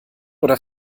oder